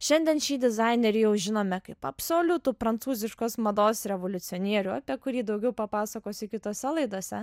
šiandien šį dizainerį jau žinome kaip absoliutų prancūziškos mados revoliucionierių apie kurį daugiau papasakosiu kitose laidose